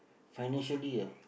financially ah